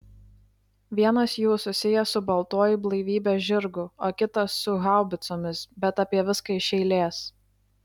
vienas jų susijęs su baltuoju blaivybės žirgu o kitas su haubicomis bet apie viską iš eilės